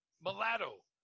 mulatto